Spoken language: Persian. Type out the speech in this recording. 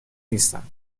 نیستند